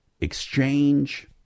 exchange